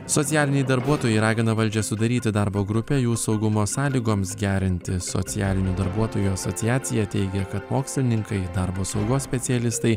socialiniai darbuotojai ragina valdžią sudaryti darbo grupę jų saugumo sąlygoms gerinti socialinių darbuotojų asociacija teigia kad mokslininkai darbo saugos specialistai